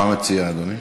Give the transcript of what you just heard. מה מציע אדוני?